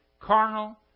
Carnal